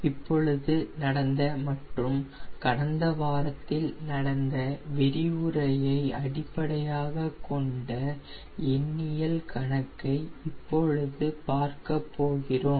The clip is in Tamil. இப்பொழுது நடந்த மற்றும் கடந்த வாரத்தில் நடந்த விரிவுரையை அடிப்படையாகக் கொண்ட எண்ணியல் கணக்கை இப்பொழுது பார்க்கப் போகிறோம்